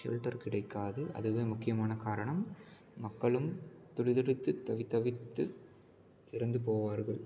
shelter கிடைக்காது அதுவும் முக்கியமான காரணம் மக்களும் துடிதுடித்து தவிதவித்து இறந்து போவார்கள்